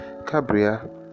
Cabria